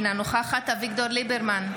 אינה נוכחת אביגדור ליברמן,